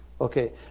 Okay